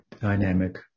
dynamic